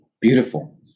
beautiful